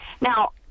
Now